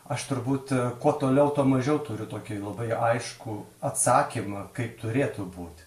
aš turbūt kuo toliau tuo mažiau turiu tokį labai aiškų atsakymą kaip turėtų būt